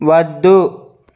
వద్దు